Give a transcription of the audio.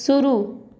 शुरू